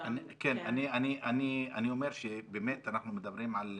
אני אומר שבאמת אנחנו מדברים על מקרה,